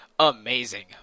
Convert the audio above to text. Amazing